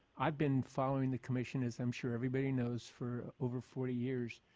i've been following the commission as i'm sure everybody knows for over forty years,